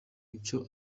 icyo